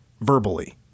verbally